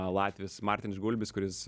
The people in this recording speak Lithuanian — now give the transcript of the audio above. latvis martinš gulbis kuris